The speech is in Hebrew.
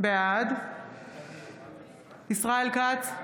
בעד ישראל כץ,